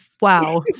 Wow